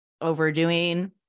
overdoing